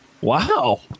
Wow